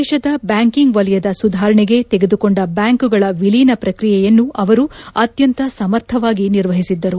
ದೇಶದ ಬ್ಲಾಂಕಿಂಗ್ ವಲಯದ ಸುಧಾರಣೆಗೆ ತೆಗೆದುಕೊಂಡ ಬ್ಲಾಂಕುಗಳ ವಿಲೀನ ಪ್ರಕ್ರಿಯೆಯನ್ನು ಅವರು ಅತ್ಯಂತ ಸಮರ್ಥವಾಗಿ ನಿರ್ವಹಿಸಿದ್ದರು